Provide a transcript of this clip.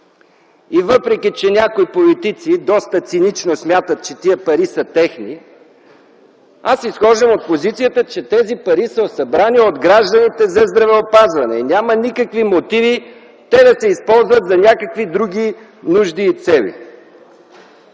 Въпреки, че някои политици доста цинично смятат, че тези пари са техни, аз изхождам от позицията, че тези пари са събрани от гражданите за здравеопазване. Няма никакви мотиви те да се използват за някакви други нужди и цели.